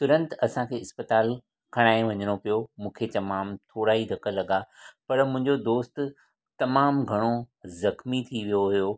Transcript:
तुरंत असांखे अस्पताल खणाए वञिणो पियो मूंखे तमामु थोरा ई धक लॻा पर मुंहिंजो दोस्त तमामु घणो जख़मी थी वियो हुयो